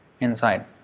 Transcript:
inside